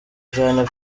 cyane